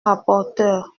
rapporteure